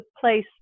place